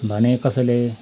भने कसैले